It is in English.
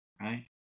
right